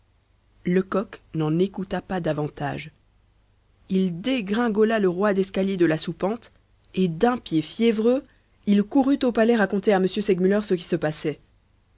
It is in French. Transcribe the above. lecoq n'en écouta pas davantage il dégringola le roide escalier de la soupente et d'un pied fiévreux il courut au palais raconter à m segmuller ce qui se passait